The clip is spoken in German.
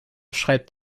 schreibt